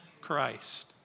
Christ